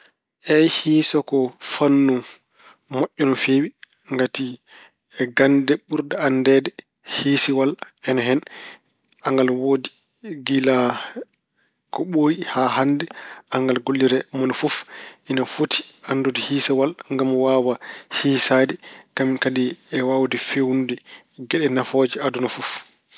Eey, hiiso ko fannu moƴƴo no feewi. Ngati gannde burɗe anndeede hiisowal ina hen. Angal woodi kilaa ko ɓooyi haa hannde angal gollire. Mona fof ina foti anndude hiisowal ngam waawa hiisaade kañum kadi e waawde feewnude geɗe nafooje aduna fof.